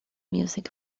music